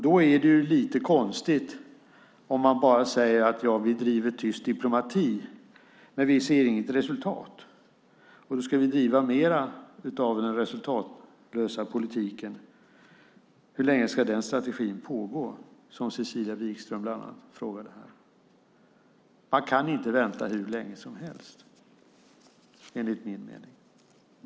Då är det ju lite konstigt om man bara säger att vi driver tyst diplomati, men vi ser inget resultat, och då ska vi driva mer av den resultatlösa politiken. Hur länge ska den strategin pågå, som bland annat Cecilia Wigström frågade? Man kan inte vänta hur länge som helst, enligt min mening.